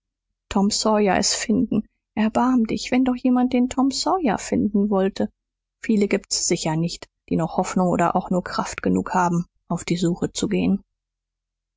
tom sawyer es finden erbarm dich wenn doch jemand den tom sawyer finden wollte viele gibt's sicher nicht die noch hoffnung oder auch nur kraft genug haben auf die suche zu gehen